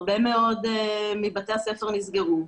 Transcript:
הרבה מאוד מבתי הספר נסגרו,